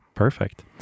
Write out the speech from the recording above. Perfect